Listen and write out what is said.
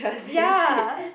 ya